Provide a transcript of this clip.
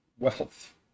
Wealth